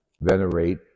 venerate